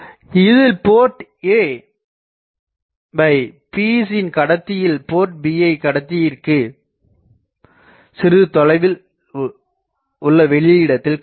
இதில் port a வை PEC யின் கடத்தியிலும் போர்ட் bயை கடத்திக்கு சிறிது தொலைவில் உள்ள வெளியிடத்தில் காணலாம்